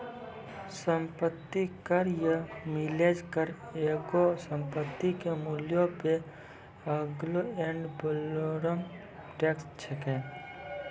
सम्पति कर या मिलेज कर एगो संपत्ति के मूल्यो पे एगो एड वैलोरम टैक्स छै